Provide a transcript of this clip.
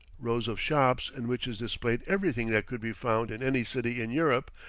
rows of shops in which is displayed everything that could be found in any city in europe,